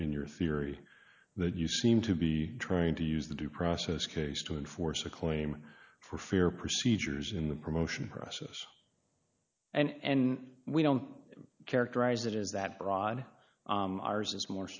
in your theory that you seem to be trying to use the due process case to enforce a coin for fair procedures in the promotion process and we don't characterize it as that broad ours is more